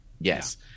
Yes